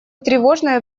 тревожное